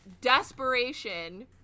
desperation